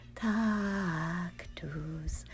tactus